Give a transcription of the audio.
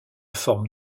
forme